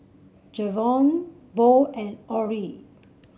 Jevon Bo and Orrie